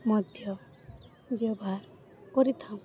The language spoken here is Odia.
ମଧ୍ୟ ବ୍ୟବହାର କରିଥାଉ